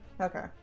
Okay